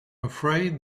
afraid